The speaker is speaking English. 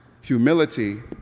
humility